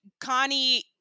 Connie